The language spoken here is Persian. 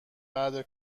بعده